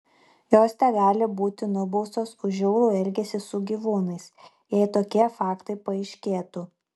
jos tegali būti nubaustos už žiaurų elgesį su gyvūnais jei tokie faktai paaiškėtų